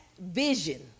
vision